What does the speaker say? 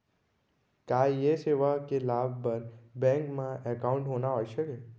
का ये सेवा के लाभ बर बैंक मा एकाउंट होना आवश्यक हे